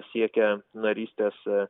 siekia narystės